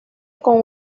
con